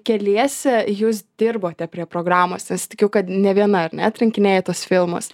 keliese jūs dirbote prie programos nes tikiu kad ne viena ar ne atrinkinėjai tuos filmus